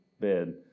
bed